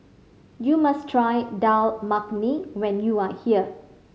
you must try Dal Makhani when you are here